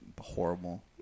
horrible